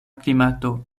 klimato